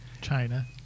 China